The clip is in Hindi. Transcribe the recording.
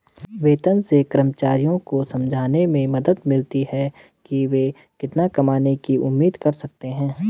वेतन से कर्मचारियों को समझने में मदद मिलती है कि वे कितना कमाने की उम्मीद कर सकते हैं